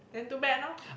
then too bad lor